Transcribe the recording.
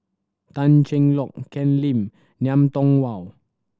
Tan Cheng Lock Ken Lim Ngiam Tong Wow